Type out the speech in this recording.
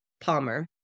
palmer